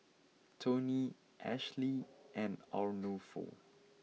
Toney Ashleigh and Arnulfo